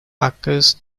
occurs